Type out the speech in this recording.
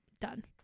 done